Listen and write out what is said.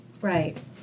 Right